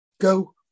Go